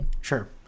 Sure